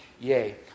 Yay